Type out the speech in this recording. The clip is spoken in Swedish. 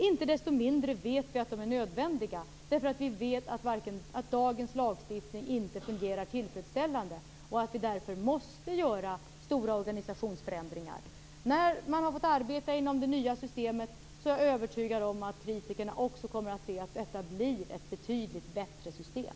Inte desto mindre vet vi att de är nödvändiga därför att vi vet att dagens lagstiftning inte fungerar tillfredsställande och att vi därför måste göra stora organisationsförändringar. När man har fått arbeta inom det nya systemet är jag övertygad om att kritikerna också kommer att se att detta blir ett betydligt bättre system.